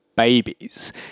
Babies